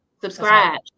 Subscribe